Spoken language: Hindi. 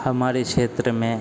हमारे क्षेत्र में